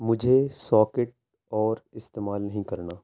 مجھے ساکٹ اور استعمال نہیں کرنا